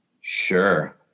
Sure